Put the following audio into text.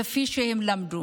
כפי שהם למדו.